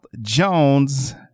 Jones